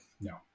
no